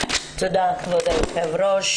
תודה, כבוד היושב ראש.